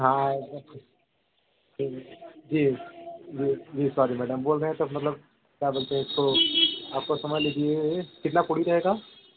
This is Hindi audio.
हाँ ठीक जी जी जी जी सॉरी मैडम बोल रहे हैं सब मतलब क्या बोलते हैं इसको आपका समझ लीजिए कितना पूरी रहेगी